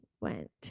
went